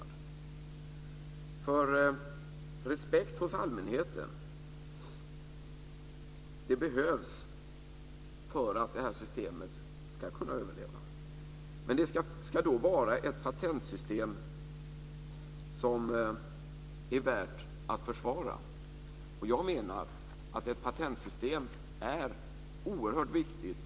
Det behövs respekt hos allmänheten för att det här systemet ska kunna överleva. Men det ska då vara ett patentsystem som är värt att försvara. Ett patentsystem är oerhört viktigt.